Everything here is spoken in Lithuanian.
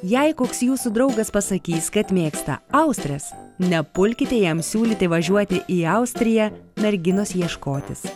jei koks jūsų draugas pasakys kad mėgsta austres nepulkite jam siūlyti važiuoti į austriją merginos ieškotis